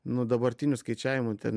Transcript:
nu dabartinių skaičiavimų ten